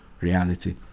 reality